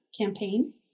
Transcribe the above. campaign